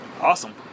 Awesome